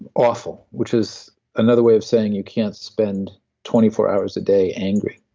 awful, which is another way of saying, you can't spend twenty four hours a day angry.